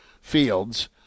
Fields